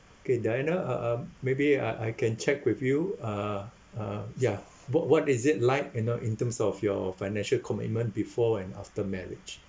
K diana uh um maybe I I can check with you uh uh ya what what is it like you know in terms of your financial commitment before and after marriage